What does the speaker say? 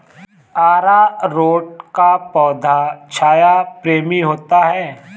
अरारोट का पौधा छाया प्रेमी होता है